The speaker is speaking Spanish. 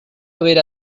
haber